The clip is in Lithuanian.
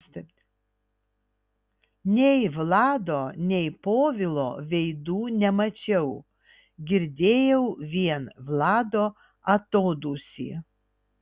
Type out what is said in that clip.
nei vlado nei povilo veidų nemačiau girdėjau vien vlado atodūsį